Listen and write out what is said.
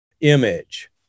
image